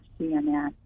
CNN